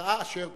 הצעה אשר